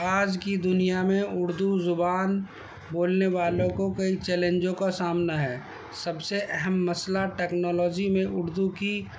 آج کی دنیا میں اردو زبان بولنے والوں کو کئی چیلنجوں کا سامنا ہے سب سے اہم مسئلہ ٹیکنالوجی میں اردو کی